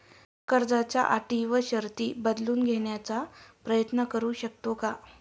कर्जाच्या अटी व शर्ती बदलून घेण्याचा प्रयत्न करू शकतो का?